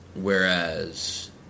Whereas